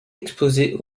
exposée